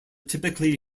typically